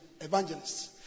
evangelists